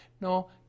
no